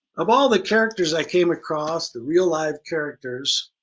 of all the characters i came across, the real live characters,